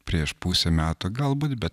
prieš pusę metų galbūt bet